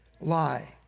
lie